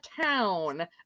town